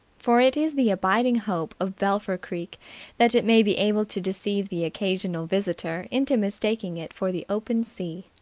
for it is the abiding hope of belpher creek that it may be able to deceive the occasional visitor into mistaking it for the open sea.